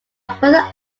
further